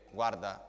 guarda